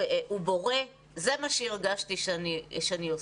זה מה שהרגשתי שאני עושה.